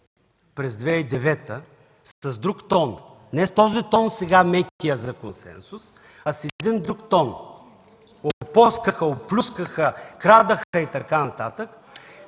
през 2009 г. с друг тон, не с този тон, сега – мекия, за консенсус, а с един друг тон: опоскаха, оплюскаха, крадяха и така